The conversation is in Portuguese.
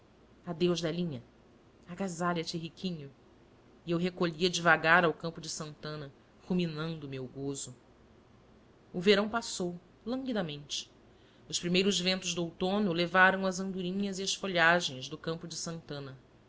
adeus delinha agasalha-te riquinho e eu recolhia devagar ao campo de santana ruminando o meu gozo o verão passou languidamente os primeiros ventos de outono levaram as andorinhas e as folhagens do campo de santana